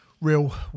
real